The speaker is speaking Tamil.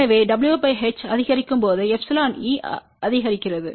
எனவே w h அதிகரிக்கும்போது εe அதிகரிக்கிறது